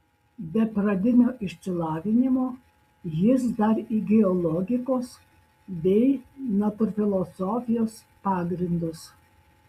be pradinio išsilavinimo jis dar įgijo logikos bei natūrfilosofijos pagrindus